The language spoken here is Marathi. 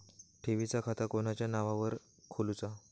ठेवीचा खाता कोणाच्या नावार खोलूचा?